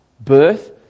birth